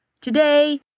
Today